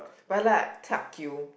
but I like tuck you